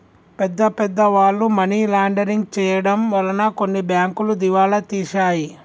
పెద్ద పెద్ద వాళ్ళు మనీ లాండరింగ్ చేయడం వలన కొన్ని బ్యాంకులు దివాలా తీశాయి